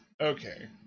Okay